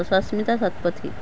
Sasmita Satapathy